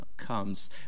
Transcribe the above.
comes